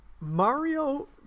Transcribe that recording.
Mario